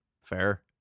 Fair